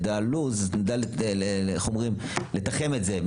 נדע על לו"ז ולתחם את זה,